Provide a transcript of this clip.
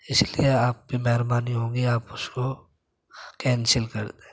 اِس لیے آپ کی مہربانی ہوگی آپ اُس کو کینسل کر دیں